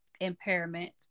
impairment